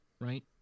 right